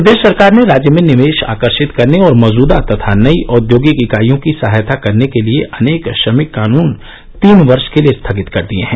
प्रदेश सरकार ने राज्य में निवेश आकर्षित करने और मौजूदा तथा नई औद्योगिक इकाइयों की सहायता करने के लिए अनेक श्रमिक कानन तीन वर्ष के लिए स्थगित कर दिये हैं